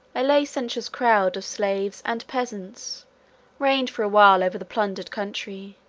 a licentious crowd of slaves and peasants reigned for a while over the plundered country,